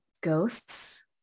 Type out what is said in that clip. Ghosts